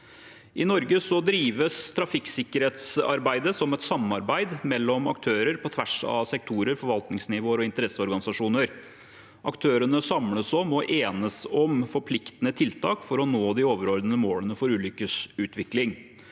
I Norge drives trafikksikkerhetsarbeidet som et samarbeid mellom aktører på tvers av sektorer, forvaltningsnivåer og interesseorganisasjoner. Aktørene samles om og enes om forpliktende tiltak for å nå de overordnede målene for ulykkesutvikling.